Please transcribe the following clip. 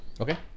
Okay